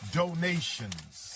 donations